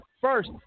first